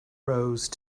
rose